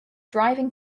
driving